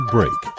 Break